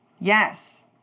Yes